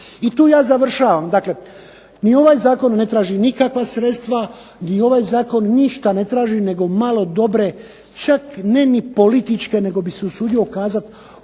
I tu ja završavam. Dakle, ni ovaj zakon ne traži nikakva sredstva, ni ovaj zakon ništa ne traži nego malo dobre čak ni ne političke nego bih se usudio kazati